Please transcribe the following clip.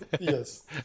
Yes